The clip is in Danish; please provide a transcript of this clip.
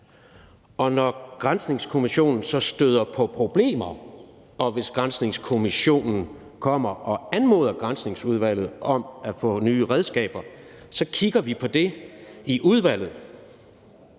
og hvis granskningskommissionen så støder på problemer og kommer og anmoder Granskningsudvalget om at få nye redskaber, så kigger vi på det i udvalget,